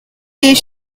heat